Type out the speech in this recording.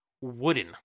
wooden